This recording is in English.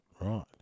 Right